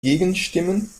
gegenstimmen